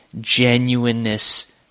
genuineness